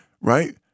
right